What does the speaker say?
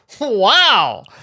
Wow